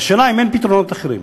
והשאלה היא אם אין פתרונות אחרים.